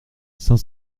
cinq